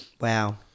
Wow